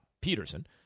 Peterson